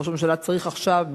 ראש הממשלה צריך עכשיו,